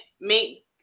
make